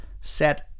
Set